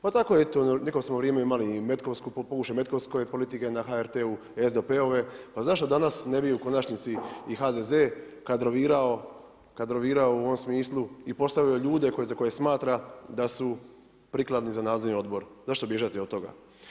Pa tako eto, neko smo vrijeme imali i metkovsku, … metkovske politike na HRT-u, SDP-ove, pa zašto danas ne bi u konačnici i HDZ kadrovirao u ovom smislu i postavio ljude za koje smatra da su prikladni za nadzorni odbor, zašto bježati od toga?